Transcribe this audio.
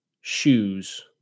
shoes